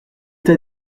t’a